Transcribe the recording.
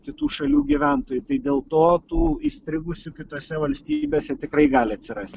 kitų šalių gyventojų tai dėl to tų įstrigusių kitose valstybėse tikrai gali atsirast